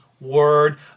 word